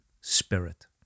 spirit